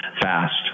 Fast